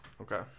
Okay